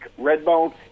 Redbone